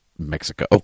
Mexico